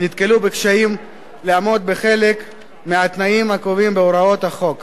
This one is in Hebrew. נתקלו בקשיים לעמוד בחלק מהתנאים הקבועים בהוראות החוק